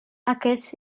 aquests